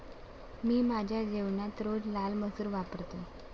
मी माझ्या जेवणात रोज लाल मसूर वापरतो